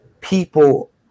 people